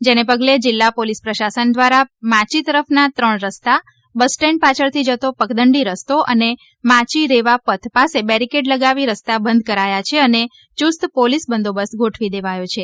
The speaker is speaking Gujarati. જેને પગલે જિલ્લા પોલીસ પ્રસાશનન દ્વારા માચી તરફના ત્રણ રસ્તા બસ સ્ટેન્ડ પાછળથી જતો પગદંડી રસ્તો અને માયી રેવા પથ પાસે બેરીકેટ લગાવી રસ્તા બંધ કરાયા છે અને યુસ્ત પોલીસ બંદોબસ્ત ગોઠવી દેવાયો છે